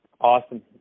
Awesome